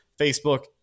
Facebook